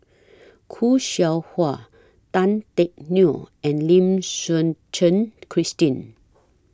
Khoo Seow Hwa Tan Teck Neo and Lim Suchen Christine